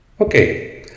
Okay